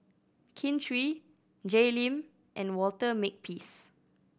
Kin Chui Jay Lim and Walter Makepeace